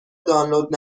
دانلود